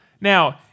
Now